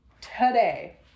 today